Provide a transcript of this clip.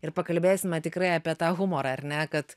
ir pakalbėsime tikrai apie tą humorą ar ne kad